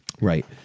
Right